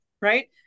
right